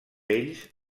ells